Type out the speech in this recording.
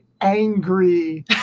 angry